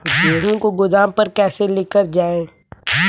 गेहूँ को गोदाम पर कैसे लेकर जाएँ?